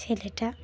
ছেলেটা